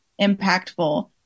impactful